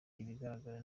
ibigaragara